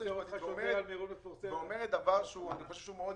שגית אומרת דבר הגיוני מאוד: